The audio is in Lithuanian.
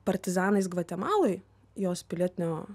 partizanais gvatemaloj jos pilietinio